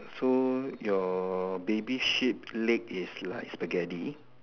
so your baby sheep leg is like Spaghetti